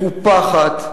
מקופחת,